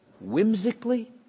whimsically